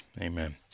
Amen